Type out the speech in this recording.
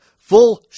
Full